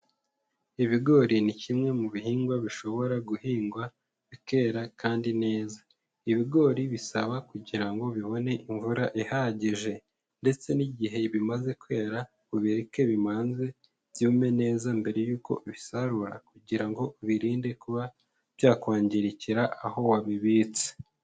Ibigori ni kimwe mu bihingwa bishobora guhingwa bikera kandi neza, ibigori bisaba kugira ngo bibone imvura ihagije ndetse n'igihe bimaze kwera ubireke bimanze byume neza mbere y'uko ubisarura, kugira ngo ubirinde kuba byakwangirikira aho wabibitse.